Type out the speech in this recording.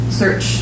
search